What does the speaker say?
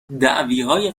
دعویهای